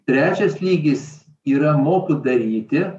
trečias lygis yra moku daryti